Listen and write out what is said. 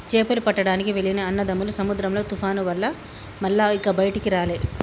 చేపలు పట్టడానికి వెళ్లిన అన్నదమ్ములు సముద్రంలో తుఫాను వల్ల మల్ల ఇక బయటికి రాలే